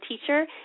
teacher